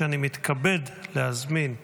אני מתכבד להזמין אותו,